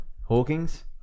Hawking's